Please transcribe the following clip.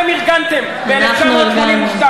בהפגנות שאתם ארגנתם ב-1982.